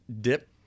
dip